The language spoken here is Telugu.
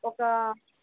ఒక